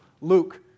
Luke